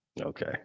Okay